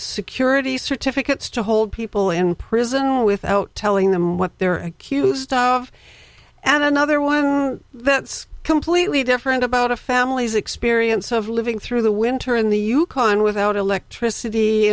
security certificates to hold people in prison without telling them what they're accused of and another one that's completely different about a family's experience of living through the winter in the yukon without electricity